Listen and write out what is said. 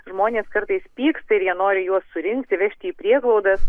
žmonės kartais pyksta ir jie nori juos surinkti vežti į prieglaudas